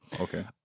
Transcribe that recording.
Okay